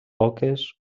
oques